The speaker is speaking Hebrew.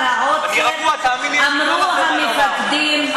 לאחר העוצר, אמרו המפקדים, תירגע.